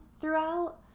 throughout